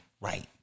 right